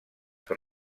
per